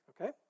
Okay